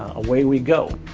away we go.